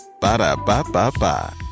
Ba-da-ba-ba-ba